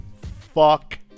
fuck